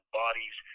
bodies